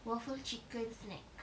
waffle chicken snack